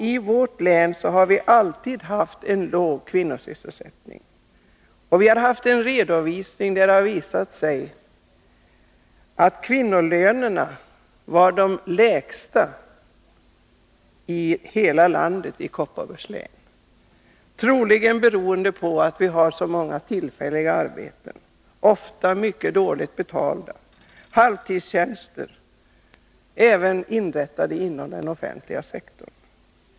I vårt län har vi alltid haft låga siffror för kvinnors förvärvsarbete, och kvinnolönerna i Kopparbergs län har varit de lägsta i landet — troligen beroende på tillfälliga arbeten, som ofta är dåligt betalda, och alla halvtidstjänster inom den offentliga sektorn.